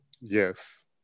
Yes